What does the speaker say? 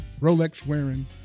Rolex-wearing